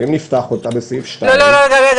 ואם נפתח אותה בסעיף 2 --- רגע,